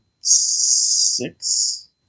six